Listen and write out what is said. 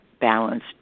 balanced